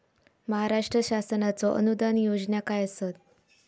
महाराष्ट्र शासनाचो अनुदान योजना काय आसत?